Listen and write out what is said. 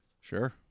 Sure